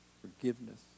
forgiveness